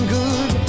good